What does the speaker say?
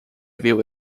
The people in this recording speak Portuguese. viu